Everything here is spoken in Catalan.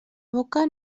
boca